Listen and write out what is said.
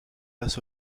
face